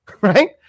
right